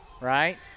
right